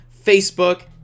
Facebook